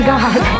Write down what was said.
God